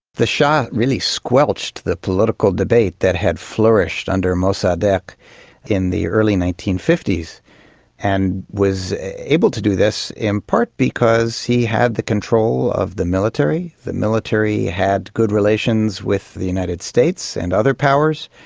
the shah really squelched the political debate that had flourished under mossadegh in the early nineteen fifty s and was able to do this in part because he had the control of the military, the military had good relations with the united states and other powers,